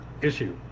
issue